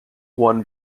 one